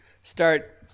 start